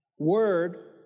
word